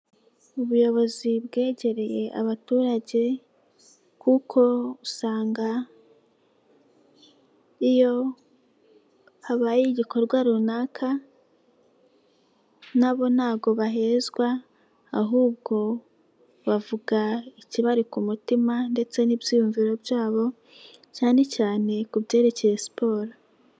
Ubuyobozi bwegereye abaturage kuko usanga iyo habaye igikorwa runaka, nabo ntago bahezwa ahubwo bavuga ikibari ku mutima ndetse n'ibyiyumviro byabo cyane cyane ku byerekeye siporo.